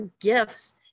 gifts